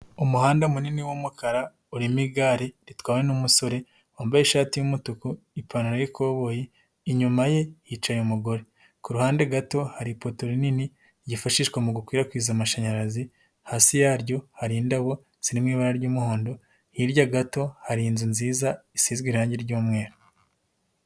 Umuhanda munini w'umukara uririmo igare ritwawe n'umusore wambaye ishati y',umutuku ipantaro y'ikoboyi inyuma ye hicaye umugore, ku ruhande gato hari ipoto rinini ryiyifashishwa mu gukwirakwiza amashanyarazi, hasi yaryo hari indabo ziri mu ibara ry'umuhondo, hirya gato hari inzu nziza isizwe irangi ry'umweru.